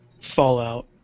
Fallout